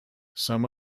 some